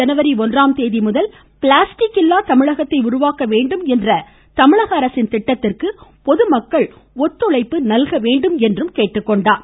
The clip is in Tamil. ஜனவரி ஒன்றாம் தேதிமுதல் பிளாஸ்டிக் இல்லா தமிழகத்தை உருவாக்க வேண்டும் என்ற தமிழக அரசின் திட்டத்திற்கு பொதுமக்கள் ஒத்துழைப்பு அளிக்க வேண்டும் என்றார்